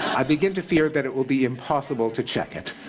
i begin to fear that it will be impossible to check it.